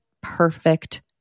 perfect